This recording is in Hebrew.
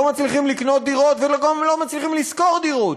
לא מצליחים לקנות דירות וגם לא מצליחים לשכור דירות